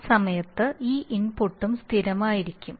ആ സമയത്ത് ഈ ഇൻപുട്ടും സ്ഥിരമായിരിക്കും